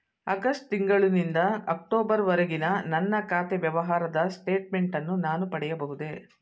August ತಿಂಗಳು ನಿಂದ October ವರೆಗಿನ ನನ್ನ ಖಾತೆ ವ್ಯವಹಾರದ ಸ್ಟೇಟ್ಮೆಂಟನ್ನು ನಾನು ಪಡೆಯಬಹುದೇ?